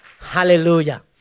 Hallelujah